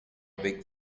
big